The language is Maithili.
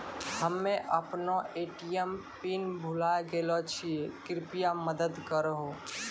हम्मे अपनो ए.टी.एम पिन भुलाय गेलो छियै, कृपया मदत करहो